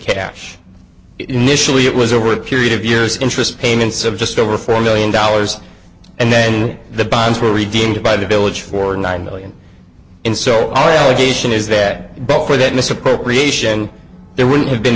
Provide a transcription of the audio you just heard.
cash initially it was over a period of years interest payments of just over four million dollars and then the bonds were redeemed by the village for nine million and so i allegation is that but for that misappropriation there wouldn't have been